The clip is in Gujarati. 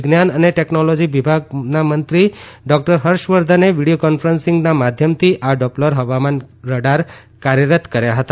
વિજ્ઞાન અને ટેકનોલોજી વિભાગના મંત્રી ડોકટર હર્ષવર્ધને વિડીયો કોન્ફરન્સીંગ માધ્યમથી આ ડોપલર હવામાન રડાર કાર્યરત કર્યા હતા